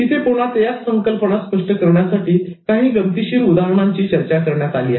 इथे पुन्हा याच संकल्पना स्पष्ट करण्यासाठी काही गमतीशीर उदाहरणांची चर्चा करण्यात आली आहे